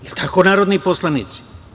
Je li tako, narodni poslanici?